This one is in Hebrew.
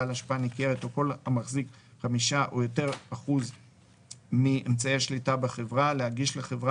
בעל השפעה ניכרת וכל המחזיק 5% או יותר מאמצעי השליטה בחברה להגיש לחברה